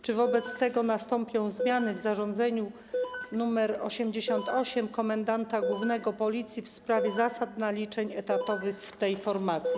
Czy wobec tego nastąpią zmiany w zarządzeniu nr 88 komendanta głównego Policji w sprawie zasad naliczeń etatowych w tej formacji?